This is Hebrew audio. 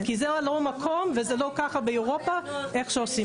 כי זה לא המקום וזה לא ככה באירופה איך שעושים את זה.